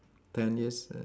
ten years